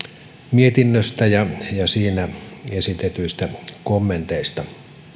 mietinnöstä ja siinä esitetyistä kommenteista